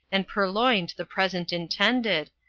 and purloined the present intended,